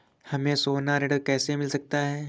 हमें सोना ऋण कैसे मिल सकता है?